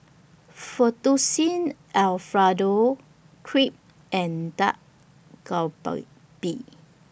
Fettuccine Alfredo Crepe and Dak Galbi